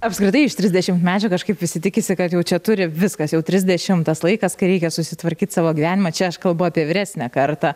apskritai iš trisdešimtmečio kažkaip visi tikisi kad jau čia turi viskas jau trisdešimtas laikas kai reikia susitvarkyt savo gyvenimą čia aš kalbu apie vyresnę kartą